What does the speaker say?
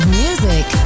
music